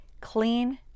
clean